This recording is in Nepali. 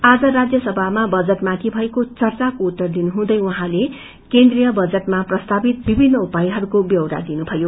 आज राज्यसभामा बजटमाथि भएको चर्चाको उत्तर दिनुहुँदै उहाँले केन्द्रिय बजटमा प्रस्तावित विभिन्न उपायहरूको व्यौरा दिनुभयो